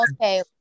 okay